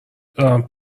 دارم